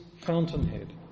fountainhead